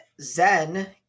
Zen